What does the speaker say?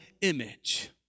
image